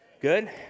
Good